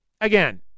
Again